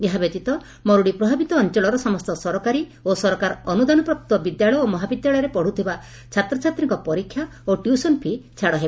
ଏହା ବ୍ୟତୀତ ମରୁଡ଼ି ପ୍ରଭାବିତ ଅଂଚଳର ସମସ୍ତ ସରକାରୀ ଓ ସରକାର ଅନୁଦାନପ୍ରାପ୍ତ ବିଦ୍ୟାଳୟ ଓ ମହବିଦ୍ୟାଳୟରେ ପଢୁଥିବା ଛାତ୍ରଛାତ୍ରୀଙ୍କ ପରୀକ୍ଷା ଓ ଟ୍ୟୁସନ୍ ପି ଛାଡ଼ ହେବ